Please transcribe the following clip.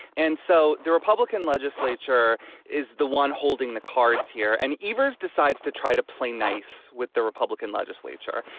and so the republican legislature is the one holding the cards here. and ivas decides to try to play nice with the republican legislature.